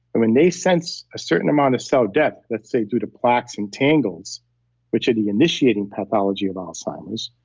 and when they sense a certain amount of cell death, let's say through the plaques and tangles which are the initiating pathology in alzheimer's,